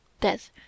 Death